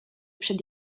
przed